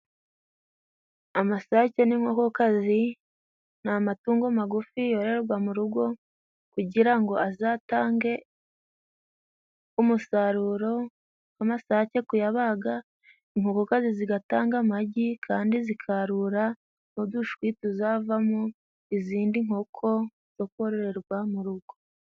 Amasake n'inkoko kazi ni amatungo magufi yororererwa mu rugo, kugira ngo azatange umusaruro w'amasake kuyabaga, inkoko kazi zigatanga amagi kandi zikarura udushwi, tuzavamo izindi nkoko zo kororerwa mu rugo.